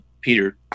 Peter